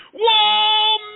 Whoa